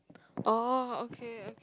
oh okay